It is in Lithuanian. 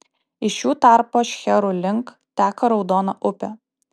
iš jų tarpo šcherų link teka raudona upė